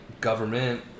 government